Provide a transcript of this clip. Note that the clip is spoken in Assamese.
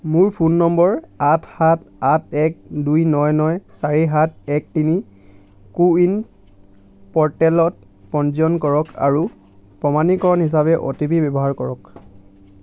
মোৰ ফোন নম্বৰ আঠ সাত আঠ এক দুই নই নই চাৰি সাত এক তিনি কো ৱিন প'ৰ্টেলত পঞ্জীয়ন কৰক আৰু প্ৰমাণীকৰণ হিচাপে অ'টিপি ব্যৱহাৰ কৰক